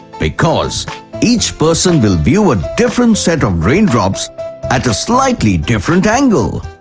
because each person will view a different set of rain drops at a slightly different angle.